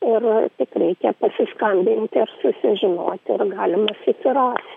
ir tik reikia pasiskambinti ir susižinoti ir galima susirast